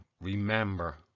remember